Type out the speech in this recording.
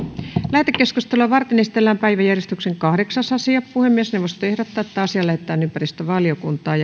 lähetekeskustelua varten esitellään päiväjärjestyksen kahdeksas asia puhemiesneuvosto ehdottaa että asia lähetetään ympäristövaliokuntaan